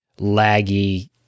laggy